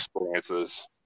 experiences